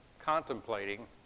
contemplating